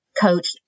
coach